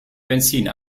benzin